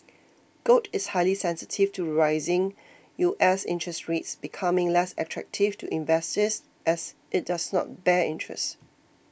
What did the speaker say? gold is highly sensitive to rising U S interest rates becoming less attractive to investors as it does not bear interest